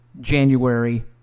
January